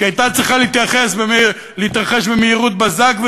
שהיא הייתה צריכה להתרחש במהירות בזק,